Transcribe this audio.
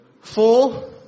Four